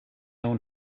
own